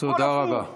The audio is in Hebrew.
תודה רבה.